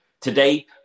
Today